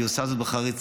והיא עושה זאת בחריצות,